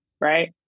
Right